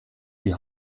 die